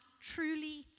truly